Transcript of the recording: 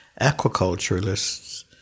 aquaculturalists